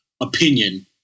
opinion